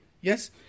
Yes